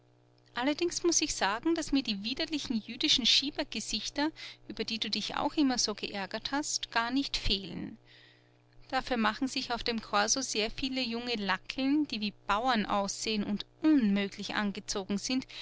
allerdings muß ich sagen daß mir die widerlichen jüdischen schiebergesichter über die du dich auch immer so geärgert hast gar nicht fehlen dafür machen sich auf dem korso sehr viele junge lackeln die wie bauern aussehen und unmöglich angezogen sind